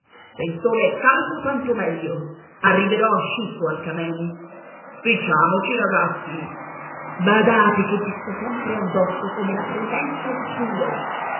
se il sole è caldo tanto meglio arriverò asciutto al camemi spicciamoci ragazzi badate che vi sto sempre addosso come la presenza di dio